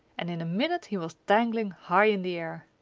and in a minute he was dangling high in the air.